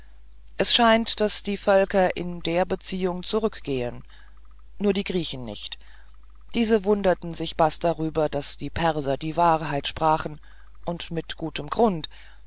es scheint daß die völker in der beziehung zurückgehen nur die griechen nicht diese wunderten sich baß darüber daß die perser die wahrheit sprachen und mit gutem grund